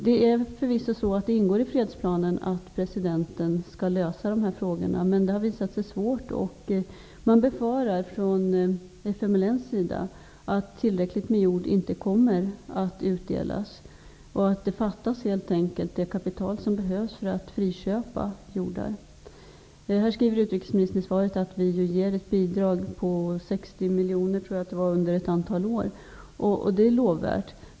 Det ingår förvisso i fredsplanen att presidenten skall lösa dessa frågor. Men det har visat sig svårt. Man befarar från FMLN:s sida att tillräckligt med jord inte kommer att utdelas. Det saknas helt enkelt det kapital som behövs för att friköpa jordar. Utrikesministern säger i svaret att Sverige ger ett bidrag på 60 miljoner under ett antal år. Det är lovvärt.